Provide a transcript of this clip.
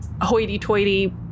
hoity-toity